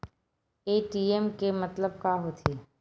ATM के मतलब का होथे?